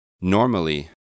Normally